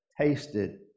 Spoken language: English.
tasted